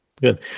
Good